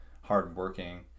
hardworking